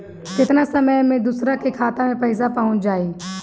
केतना समय मं दूसरे के खाता मे पईसा पहुंच जाई?